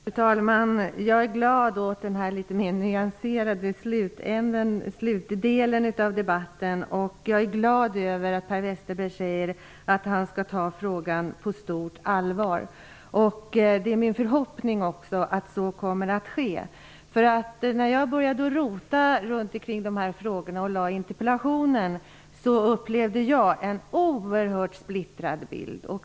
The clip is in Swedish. Fru talman! Jag är glad åt denna litet mer nyanserade bild i slutet av debatten. Jag är glad över att Per Westerberg säger att han skall ta frågan på stort allvar. Det är min förhoppning att så också kommer att ske. När jag började undersöka dessa frågor, och ställde interpellationen, upplevde jag en oerhört splittrad bild.